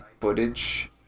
footage